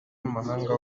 amahanga